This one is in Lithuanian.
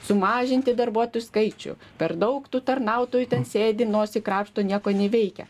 sumažinti darbuotojų skaičių per daug tų tarnautojų ten sėdi nosį krapšto nieko neveikia